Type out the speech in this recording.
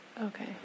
Okay